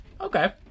Okay